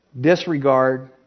disregard